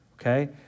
okay